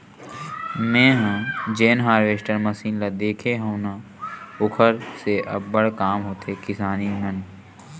मेंहा जेन harvester machine ल देखे हव न ओखर से अब्बड़ काम होथे किसानी मन